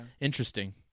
interesting